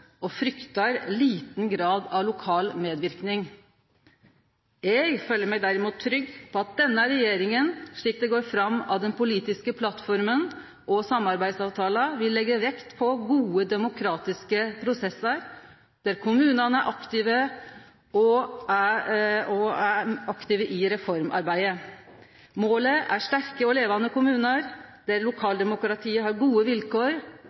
og fryktar liten grad av lokal medverknad. Eg føler meg derimot trygg på at denne regjeringa, slik det går fram av den politiske plattforma og samarbeidsavtala, vil leggje vekt på gode, demokratiske prosessar, der kommunane er aktive i reformarbeidet. Målet er sterke og levande kommunar, der lokaldemokratiet har gode vilkår,